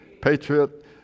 Patriot